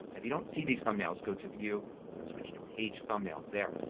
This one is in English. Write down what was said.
if you don't see these thumbnails go to view and switch to page thumbnails there,